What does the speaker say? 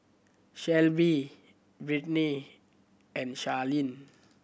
Shelbi Brittaney and Charleen